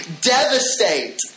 devastate